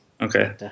Okay